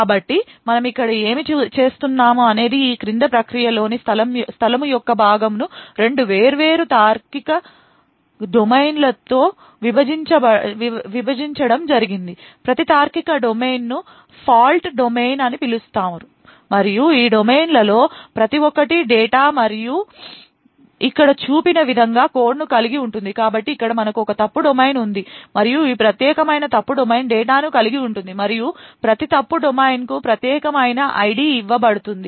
కాబట్టి మనము ఇక్కడ ఏమి చేస్తున్నాం అనేది ఈ క్రింది ప్రక్రియ లోని స్థలము యొక్క భాగమును రెండు వేర్వేరు తార్కిక డొమైన్లలో విభజించడం జరిగింది ప్రతి తార్కిక డొమైన్ను Fault domain అని పిలుస్తారు మరియు ఈ డొమైన్లలో ప్రతి ఒక్కటి డేటా మరియు ఇక్కడ చూపిన విధంగా కోడ్ను కలిగి ఉంటుంది కాబట్టి ఇక్కడ మనకు ఒక ఫాల్ట్ డొమైన్ ఉంది మరియు ఈ ప్రత్యేకమైన ఫాల్ట్ డొమైన్ డేటాను కలిగి ఉంటుంది మరియు ప్రతి ఫాల్ట్ డొమైన్కు ప్రత్యేకమైన ID ఇవ్వబడుతుంది